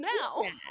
now